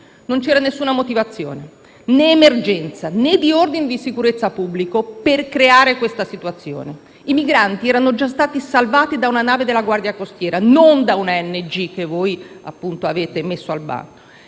Non c'era alcuna motivazione, né di emergenza né di ordine di sicurezza pubblica, per creare questa situazione. I migranti erano già stati salvati da una nave della Guardia costiera, non da una ONG che voi avete messo al bando,